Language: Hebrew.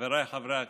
חבריי חברי הכנסת,